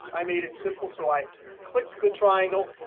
i made it simple so i click the triangle,